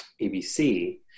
ABC